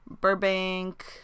Burbank